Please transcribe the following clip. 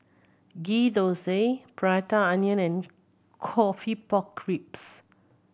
Ghee Thosai Prata Onion and coffee pork ribs